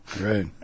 Right